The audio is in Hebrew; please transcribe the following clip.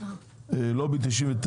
נציגי לובי